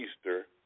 Easter